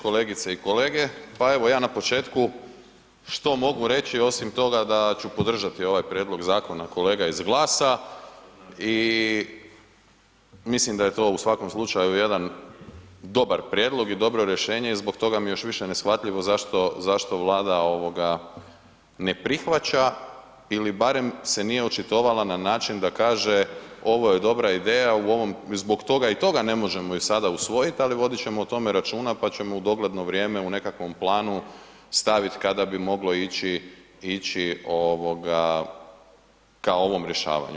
Kolegice i kolege, pa evo ja na početku što mogu reći osim toga da ću podržati ovaj prijedlog zakona kolega iz GLAS-a i mislim da je to u svakom slučaju jedan dobar prijedlog i dobro rješenje i zbog toga mi je još više neshvatljivo zašto, zašto Vlada ovoga ne prihvaća ili barem se nije očitovala na način da kaže ovo je dobra ideja zbog toga i toga ne možemo ju sada usvojiti ali vodit ćemo o tome računa pa ćemo u dogledno vrijeme u nekakvom planu staviti kada bi moglo ići, ići ovoga ka ovom rješavanju.